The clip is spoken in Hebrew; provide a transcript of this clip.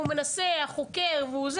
החוקר מנסה,